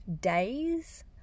days